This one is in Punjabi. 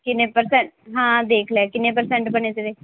ਕਿੰਨੇ ਪਰਸੈਂਟ ਹਾਂ ਦੇਖ ਲਿਆ ਕਿੰਨੇ ਪਰਸੈਂਟ ਬਣੇ ਤੇਰੇ